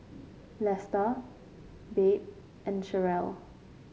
Lesta Babe and Cherelle